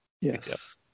Yes